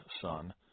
son